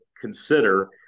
consider